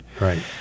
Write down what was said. Right